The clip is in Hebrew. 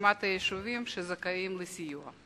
מרשימת היישובים שזכאים לסיוע.